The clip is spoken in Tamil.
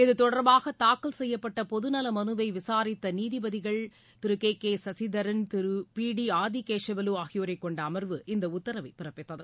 இதுதொடர்பாக தாக்கல் செய்யப்பட்ட பொதுநல மனுவை விசாரித்த நீதிபதிகள் K K Sasidharan P D Adikesavalu ஆகியோரை கொண்ட அமர்வு இந்த உத்தரவை பிறப்பித்தது